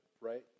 right